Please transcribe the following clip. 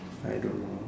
I don't know